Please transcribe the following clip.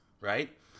right